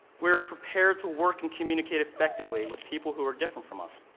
we're prepared to work and communicate effectively with people who are different from us.